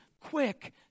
quick